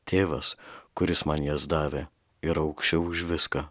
tėvas kuris man jas davė yra aukščiau už viską